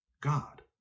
God